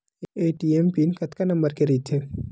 ATM PIN कतका number के रही थे?